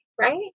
Right